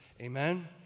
Amen